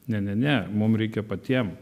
ne ne ne mum reikia patiem